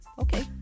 okay